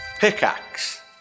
Pickaxe